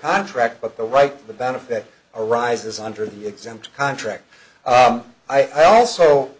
contract but the right to benefit arises under the exempt contract i also